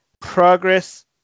progress